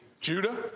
Judah